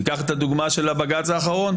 תיקח את הדוגמה של הבג"ץ האחרון,